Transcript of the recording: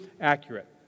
accurate